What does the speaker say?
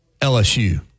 LSU